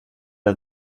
der